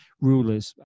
rulers